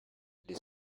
les